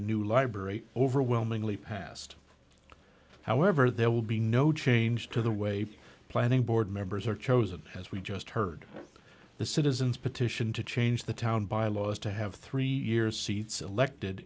a new library overwhelmingly passed however there will be no change to the way planning board members are chosen as we just heard the citizens petition to change the town bylaws to have three years seats elected